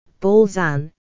Balzan